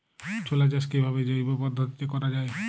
ছোলা চাষ কিভাবে জৈব পদ্ধতিতে করা যায়?